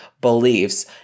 beliefs